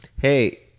Hey